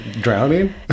drowning